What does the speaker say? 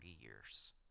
years